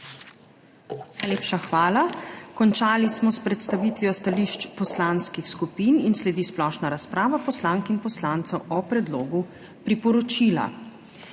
hvala. Končali smo s predstavitvijo stališč poslanskih skupin in sledi splošna razprava poslank in poslancev o predlogu priporočila.